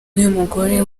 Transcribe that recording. n’umugore